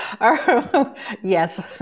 Yes